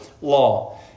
law